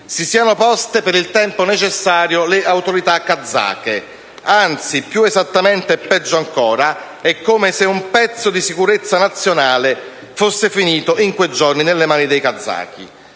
si siano poste per il tempo necessario le autorità kazake. Anzi, più esattamente e peggio ancora, è come se un pezzo di sicurezza nazionale fosse finito in quei giorni nelle mani dei kazaki.